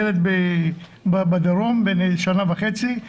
ילד בדרום בן שנה וחצי,